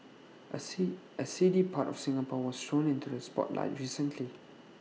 A see A seedy part of Singapore was thrown into the spotlight recently